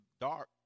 dark